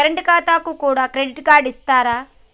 Current ఖాతాకు కూడా credit card ఇత్తరా?